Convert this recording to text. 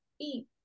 eat